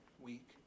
week